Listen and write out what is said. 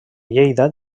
lleida